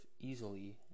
easily